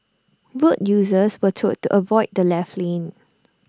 road users were told to avoid the left lane